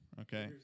Okay